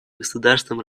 государствам